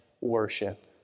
worship